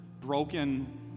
broken